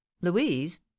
louise